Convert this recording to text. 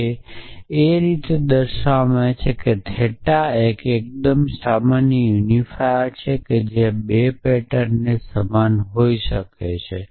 અને તે જે આપે છે તે થેટા છે જે એકદમ સામાન્ય યુનિફાયર છે જે 2 પેટર્ન સમાન હોઈ શકે છે